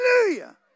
Hallelujah